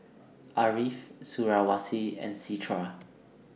Ariff Suriawati and Citra